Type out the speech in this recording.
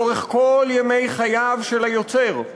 לאורך כל ימי חייו של היוצר,